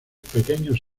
pequeños